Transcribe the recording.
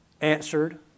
answered